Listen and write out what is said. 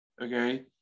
okay